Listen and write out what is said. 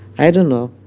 i don't know.